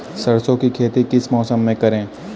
सरसों की खेती किस मौसम में करें?